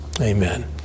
amen